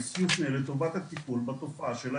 יופנה לטובת הטיפול בתופעה של ההימורים.